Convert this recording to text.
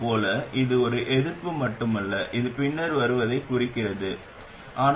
எனவே இப்போது எங்களிடம் ஒரு டிரான்சிஸ்டர் உள்ளது அது தற்போதைய ஐஓவைச் சார்ந்தது மற்றும் அது செறிவூட்டலில் உள்ளது மற்றும் பல